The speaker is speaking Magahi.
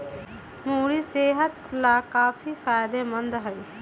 मूरी सेहत लाकाफी फायदेमंद हई